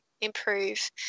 improve